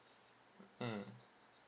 mm